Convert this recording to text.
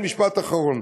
משפט אחרון.